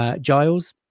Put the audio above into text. Giles